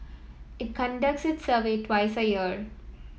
it conducts its survey twice a year